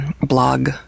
blog